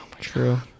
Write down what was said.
true